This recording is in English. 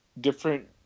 different